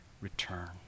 return